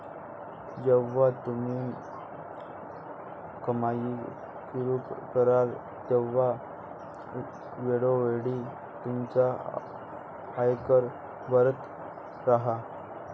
जेव्हा तुम्ही कमाई सुरू कराल तेव्हा वेळोवेळी तुमचा आयकर भरत राहा